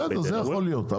בסדר, זה יכול להיות.